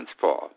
fall